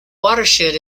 watershed